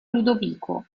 ludovico